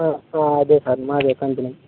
అదే సార్ మాదే కంపెనీ